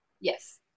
Yes